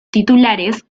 titulares